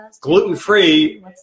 gluten-free